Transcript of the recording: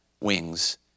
wings